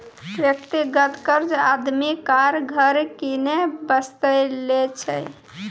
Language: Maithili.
व्यक्तिगत कर्जा आदमी कार, घर किनै बासतें लै छै